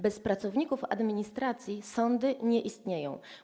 Bez pracowników administracji sądy nie istnieją.